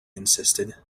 insisted